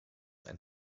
ein